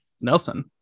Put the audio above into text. Nelson